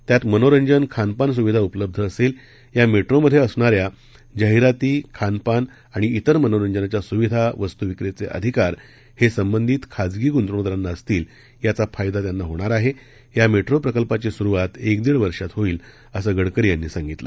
त्यात मनोरंजन खानपान सुविधा उपलब्ध असा वि मर्ट्रीमध्य असणाऱ्या जाहिराती खानपान आणि इतर मनोरंजनाच्या सुविधा वस्तू विक्रीच िधिकार हस्तिबंधित खाजगी गूंतवणूकदारांना असतील याचा फायदा त्यांना होणार आहा ब्रा मद्री प्रकल्पाची सुरुवात एक दीड वर्षात होईल असं गडकरी यांनी सांगितलं